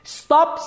stop